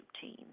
team